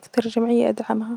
أستمر معي لحد هذه اللحظة.